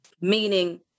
meaning